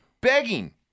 begging